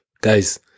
guys